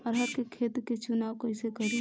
अरहर के खेत के चुनाव कईसे करी?